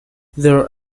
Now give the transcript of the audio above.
their